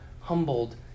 humbled